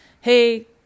hey